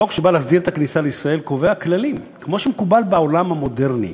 החוק שבא להסדיר את הכניסה לישראל קובע כללים כמו שמקובל בעולם המודרני: